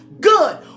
Good